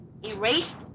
erased